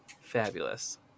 Fabulous